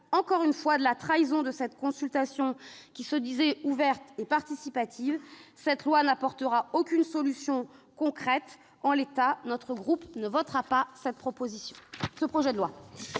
encore une fois, de la trahison de cette consultation, qui se disait ouverte et participative. Cette loi n'apportera aucune solution concrète. En l'état, notre groupe ne votera pas ce texte. La parole est